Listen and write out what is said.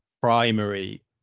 primary